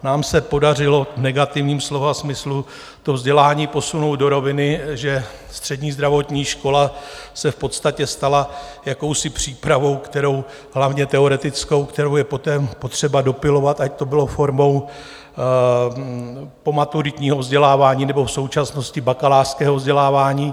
Nám se podařilo v negativním slova smyslu to vzdělání posunout do roviny, že střední zdravotní škola se v podstatě stala jakousi přípravou, hlavně teoretickou, kterou je poté potřeba dopilovat, ať to bylo formou pomaturitního vzdělávání, nebo v současnosti bakalářského vzdělávání.